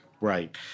Right